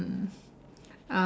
mm